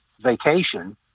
Vacation